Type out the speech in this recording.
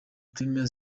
premier